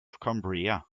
cumbria